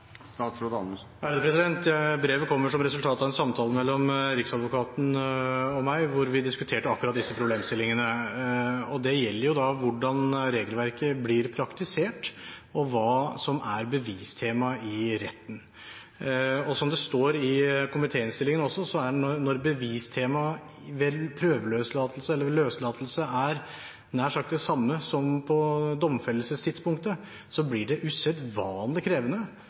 Brevet kommer som resultat av en samtale mellom Riksadvokaten og meg, hvor vi diskuterte akkurat disse problemstillingene, og det gjelder jo da hvordan regelverket blir praktisert, og hva som er bevistema i retten. Som det også står i komitéinnstillingen, når bevistema ved prøveløslatelse eller ved løslatelse er nær sagt det samme som på domfellelsestidspunktet, så blir det usedvanlig krevende